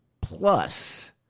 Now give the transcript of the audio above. plus